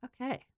Okay